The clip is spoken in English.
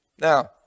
Now